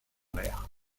l’air